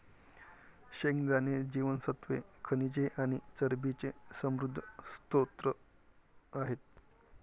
शेंगदाणे जीवनसत्त्वे, खनिजे आणि चरबीचे समृद्ध स्त्रोत आहेत